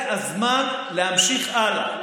זה הזמן להמשיך הלאה.